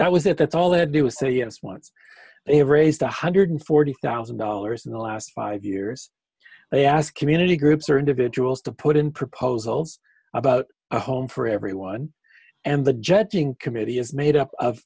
that was it that's all there do is say yes once they have raised one hundred forty thousand dollars in the last five years they ask community groups or individuals to put in proposals about a home for everyone and the jetting committee is made up of